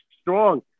strong